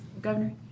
Governor